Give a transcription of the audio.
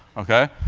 ok?